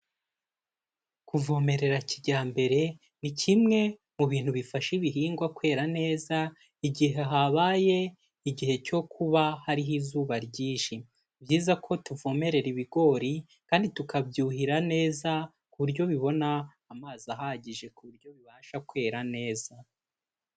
Kuvomerera kijyambere ni kimwe mu bintu bifasha ibihingwa kwera neza igihe habaye igihe cyo kuba hariho izuba ryinshi. Ni byiza ko tuvomerera ibigori kandi tukabyuhira neza ku buryo bibona amazi ahagije ku buryo bibasha kwera neza.